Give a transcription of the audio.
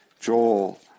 Joel